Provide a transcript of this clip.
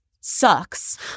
sucks